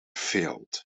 failed